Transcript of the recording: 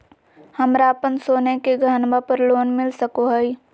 हमरा अप्पन सोने के गहनबा पर लोन मिल सको हइ?